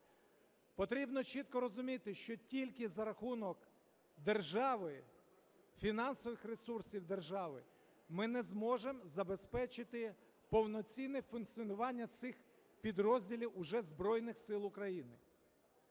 Потрібно чітко розуміти, що тільки за рахунок держави, фінансових ресурсів держави ми не зможемо забезпечити повноцінне функціонування цих підрозділів уже Збройних Сил України.